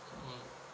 mm